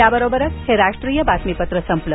या बरोबरच हे राष्ट्रीय बातमीपत्र संपलं